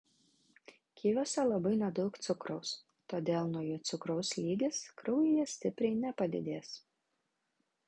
kiviuose labai nedaug cukraus todėl nuo jų cukraus lygis kraujyje stipriai nepadidės